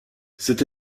cette